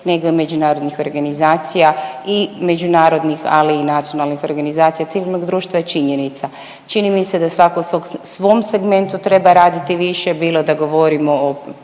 nego i međunarodnih organizacija i međunarodnih, ali i nacionalnih organizacija civilnog društva je činjenica. Čini mi se da svako u svom segmentu treba raditi više bilo da govorimo o